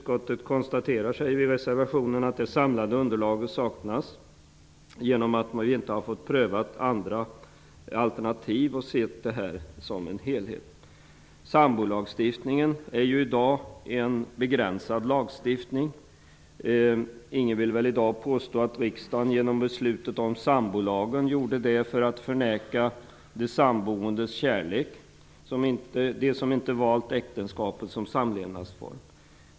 Vi säger i reservationen att det samlade underlaget saknas, eftersom vi inte har fått pröva andra alternativ och se detta som en helhet. Sambolagstiftningen är i dag en begränsad lagstiftning. Ingen vill väl i dag påstå att riksdagen genom beslutet om sambolagen ville förneka kärleken hos samboende, som inte valt äktenskapet som samlevnadsform.